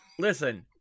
Listen